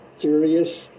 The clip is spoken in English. serious